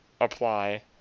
apply